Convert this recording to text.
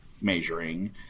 measuring